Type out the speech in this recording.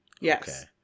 Yes